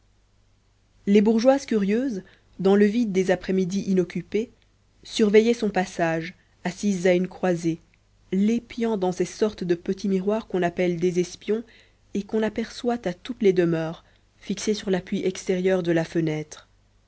les bourgeoises curieuses dans le vide des après-midi inoccupées surveillaient son passage assises à une croisée l'épiant dans ces sortes de petits miroirs qu'on appelle des espions et qu'on aperçoit à toutes les demeures fixes sur l'appui extérieur de la fenêtre